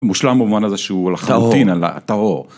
מושלם במובן הזה שהוא לחלוטין על ה... טהור.